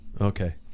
Okay